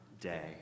Day